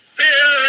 fear